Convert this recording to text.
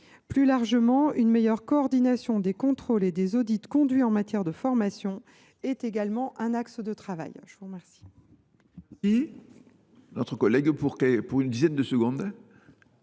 Plus largement, une meilleure coordination des contrôles et des audits conduits en matière de formation est également un axe de travail. La parole